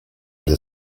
the